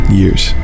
years